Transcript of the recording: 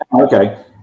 Okay